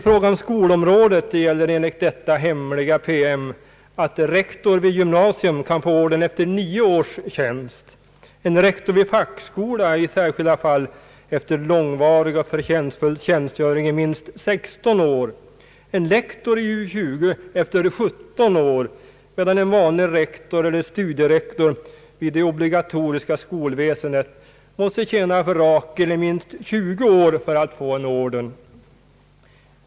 Inom skolans värld gäller enligt denna hemliga PM att rektor vid gymnasium kan få orden efter nio års tjänst, rektor vid fackskola i särskilda fall, efter långvarig förtjänstfull tjänstgöring efter 16 år, en lektor i U 20 efter 17 år, medan en vanlig rektor eller studierektor vid det obligatoriska skolväsendet måste tjäna för Rakel i minst 20 år för att få en orden.